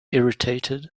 irritated